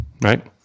right